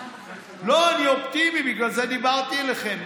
לא, אני אופטימי, בגלל זה דיברתי אליכם.